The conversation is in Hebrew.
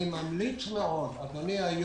אני ממליץ מאוד, אדוני היושב-ראש,